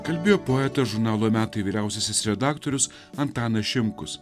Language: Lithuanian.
kalbėjo poetas žurnalo metai vyriausiasis redaktorius antanas šimkus